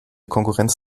konkurrenz